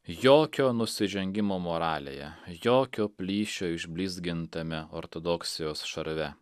jokio nusižengimo moralėje jokio plyšio išblizgintame ortodoksijos šarve